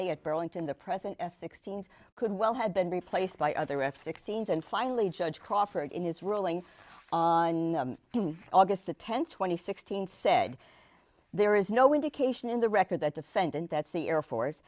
at burlington the present f sixteen could well have been replaced by other f sixteen s and finally judge crawford in his ruling on august the ten twenty sixteen said there is no indication in the record that defendant that sea air force